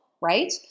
right